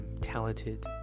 talented